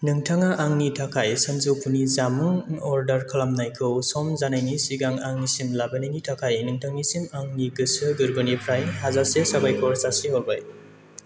नोंथाङा आंनि थाखाय सानजौफुनि जामुं अर्डार खालामनायखौ सम जानायनि सिगां आंनिसिम लाबोनायनि थाखाय नोंथांनिसिम आंनि गोसो गोरबोनिफ्राय हाजासे साबायखर जासिहरबाय